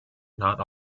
not